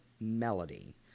melody